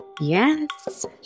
Yes